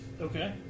Okay